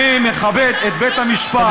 אני מכבד את בית המשפט לא